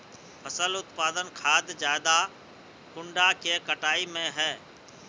फसल उत्पादन खाद ज्यादा कुंडा के कटाई में है?